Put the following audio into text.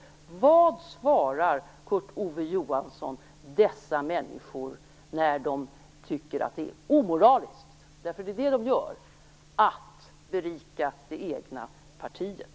Vad svarar Kurt-Ove Johansson dessa människor när de tycker att det är omoraliskt - för det är vad de tycker - att berika det egna partiet?